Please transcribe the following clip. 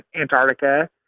antarctica